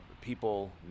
people